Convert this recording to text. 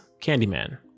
Candyman